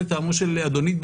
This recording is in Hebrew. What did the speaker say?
לטעמו של אדוני,